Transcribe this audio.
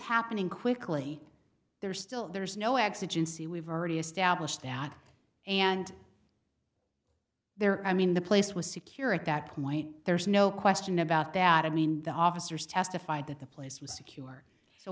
happening quickly there's still there's no exigency we've already established that and there i mean the place was secure at that point there's no question about that i mean the officers testified that the place was secure so